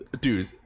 Dude